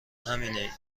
همینه